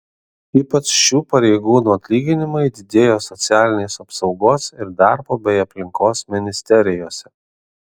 ypač šių pareigūnų atlyginimai didėjo socialinės apsaugos ir darbo bei aplinkos ministerijose